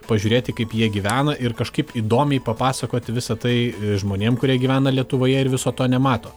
pažiūrėti kaip jie gyvena ir kažkaip įdomiai papasakot visa tai žmonėm kurie gyvena lietuvoje ir viso to nemato